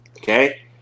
Okay